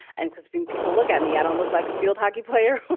and because being people look at me, i don't look like a field hockey player,